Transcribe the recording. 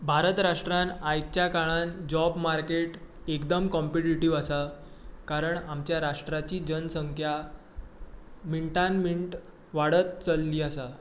भारत राष्ट्रांत आयच्या काळांत जॉब मार्केट एकदम कॉम्पिटेटीव आसा कारण आमच्या राष्ट्राची जनसंख्या मिनटान मिनीट वाडत चलिल्ली आसा